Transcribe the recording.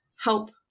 help